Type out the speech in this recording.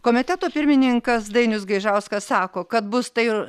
komiteto pirmininkas dainius gaižauskas sako kad bus tai ir